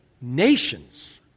nations